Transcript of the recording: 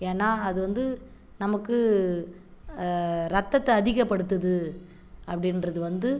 ஏன்னா அது வந்து நமக்கு ரத்தத்தை அதிகப்படுத்துது அப்படின்றது வந்து